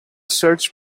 search